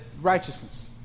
righteousness